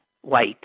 white